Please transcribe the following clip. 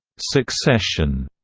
succession,